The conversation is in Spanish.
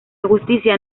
justicia